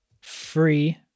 free